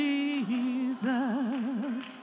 Jesus